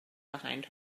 behind